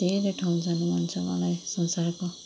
धेरै ठाउँ जानु मन छ मलाई संसारको